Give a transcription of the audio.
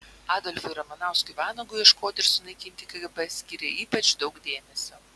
adolfui ramanauskui vanagui ieškoti ir sunaikinti kgb skyrė ypač daug dėmesio